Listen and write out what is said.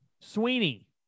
Sweeney